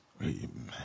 Amen